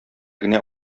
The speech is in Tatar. генә